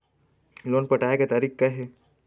Loan पटाए के तारीख़ का हे?